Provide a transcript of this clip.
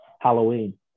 Halloween